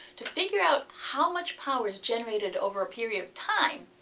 to figure out how much power is generated over a period of time,